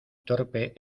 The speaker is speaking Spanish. torpe